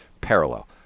parallel